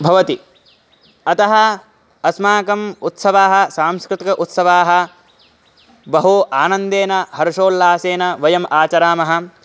भवति अतः अस्माकम् उत्सवाः सांस्कृतिकाः उत्सवाः बहु आनन्देन हर्षोल्लासेन वयम् आचरामः